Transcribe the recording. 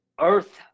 Earth